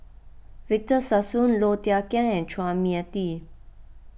Victor Sassoon Low Thia Khiang and Chua Mia Tee